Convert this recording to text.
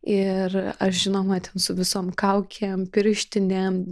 ir aš žinoma ten su visom kaukėm pirštinėm